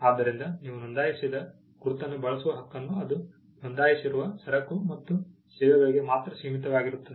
ಆದ್ದರಿಂದ ನೀವು ನೊಂದಾಯಿಸಿದ ಗುರುತನ್ನು ಬಳಸುವ ಹಕ್ಕನ್ನು ಅದು ನೋಂದಾಯಿಸಿರುವ ಸರಕು ಮತ್ತು ಸೇವೆಗಳಿಗೆ ಮಾತ್ರ ಸೀಮಿತವಾಗುತ್ತದೆ